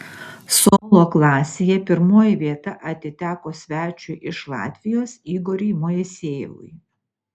solo klasėje pirmoji vieta atiteko svečiui iš latvijos igoriui moisejevui